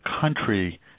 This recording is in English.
country